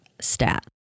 stat